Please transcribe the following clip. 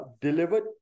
delivered